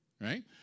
right